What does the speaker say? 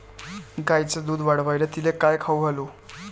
गायीचं दुध वाढवायले तिले काय खाऊ घालू?